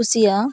ᱠᱩᱥᱤᱭᱟᱜᱼᱟ